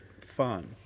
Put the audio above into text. fun